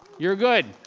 you're good.